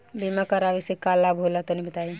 बीमा करावे से का लाभ होला तनि बताई?